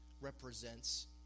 represents